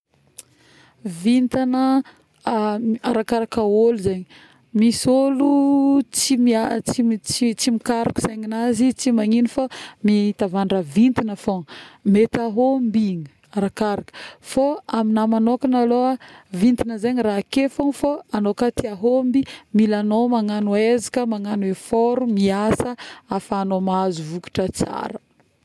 Vintagna arakaraka ôlo zegny, misy ôlo tsy˂noise˃ mikaroko saigninazy tsy magnino fô mitavandra vintagna fôgna, mety ahômby arakaraka, fô aminaha magnokagna alôha vintagna zegny raha ake fôgna fô, agnao ka te ahômby mila agnao magnano ezaka, magnano effort, miasa afahagnao mahazo vokatra tsara